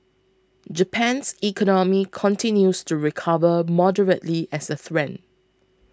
Japan's economy continues to recover moderately as a